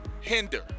hinder